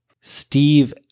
Steve